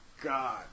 god